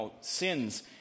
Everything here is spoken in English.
sins